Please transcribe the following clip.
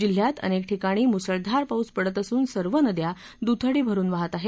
जिल्ह्यात अनेक ठिकाणी मुसळधार पाऊस पडत असून सर्व नद्या दुथडी भरून वाहत आहेत